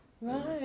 Right